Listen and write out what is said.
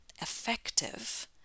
effective